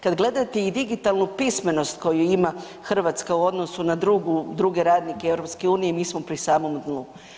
Kad gledate i digitalnu pismenost koju ima Hrvatska u odnosu na druge radnike EU mi smo pri samom dnu.